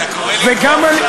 גם אתה וגם אני.